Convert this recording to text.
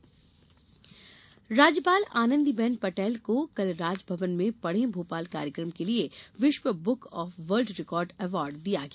राज्यपाल राज्यपाल आनंदीबेन पटेल को कल राजभवन में पढ़े भोपाल कार्यक्रम के लिए विश्व book of world record award दिया गया